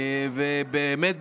ובאמת,